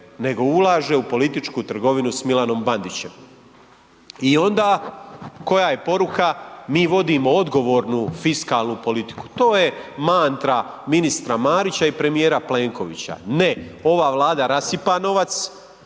nego ulaže u političku trgovinu s Milanom Bandićem. I onda koja je poruka? Mi vodimo odgovornu fiskalnu politiku. Ti je mantra ministra Marića i premijera Plenkovića. Ne, ova Vlada rasipa novac